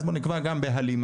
אז בוא נקבע גם בהלימה.